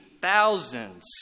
thousands